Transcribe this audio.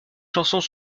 chansons